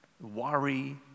worry